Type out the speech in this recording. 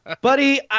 Buddy